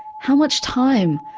how much time?